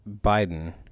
Biden